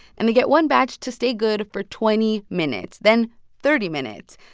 and they get one batch to stay good for twenty minutes, then thirty minutes.